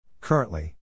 Currently